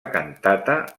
cantata